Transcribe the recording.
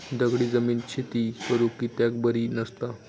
दगडी जमीन शेती करुक कित्याक बरी नसता?